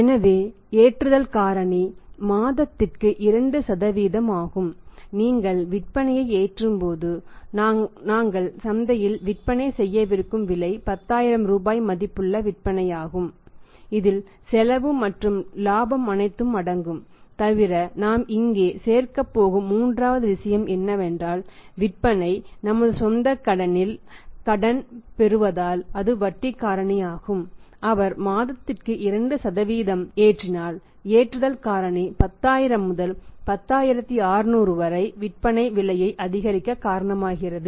எனவே loading factor 10000 முதல் 10600 வரை விற்பனை விலையை அதிகரிக்க காரணமாகிறது